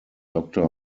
doctor